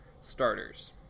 starters